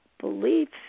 beliefs